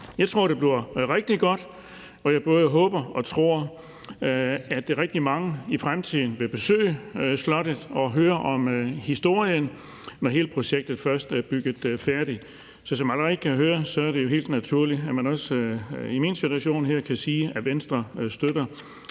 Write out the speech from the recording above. Jeg tror, det bliver rigtig godt, og jeg både håber og tror, at rigtig mange i fremtiden vil besøge slottet og høre om historien, når hele projektet først er bygget færdigt. Så som man nok kan høre, er det jo helt naturligt, at man også i min situation her kan sige, at Venstre støtter